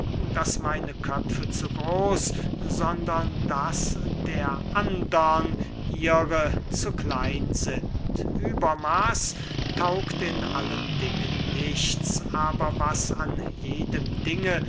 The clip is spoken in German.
daß meine köpfe zu groß sondern daß der andern ihre zu klein sind übermaß taugt in allen dingen nichts aber was an jedem dinge